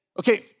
Okay